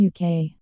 UK